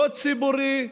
לא ציבורי,